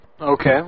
Okay